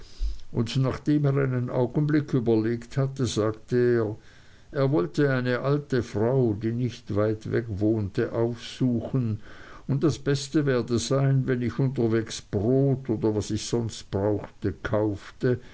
und nachdem er einen augenblick überlegt hatte sagte er er wollte eine alte frau die nicht weit weg wohnte aufsuchen und das beste werde sein wenn ich unterwegs brot oder was ich sonst brauchte kaufte